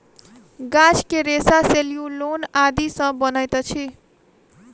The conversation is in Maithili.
गाछ के रेशा सेल्यूलोस आदि सॅ बनैत अछि